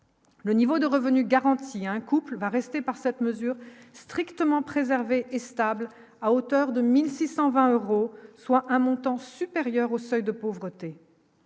le niveau de revenu garanti un couple va rester par cette mesure strictement préservé et stable à hauteur de 1620 euros, soit un montant supérieur au seuil de pauvreté,